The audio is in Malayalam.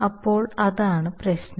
അപ്പോൾ അതാണ് പ്രശ്നം